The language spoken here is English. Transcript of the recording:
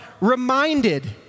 reminded